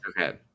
Okay